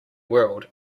world